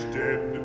dead